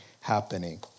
happening